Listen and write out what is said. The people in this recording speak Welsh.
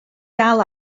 dal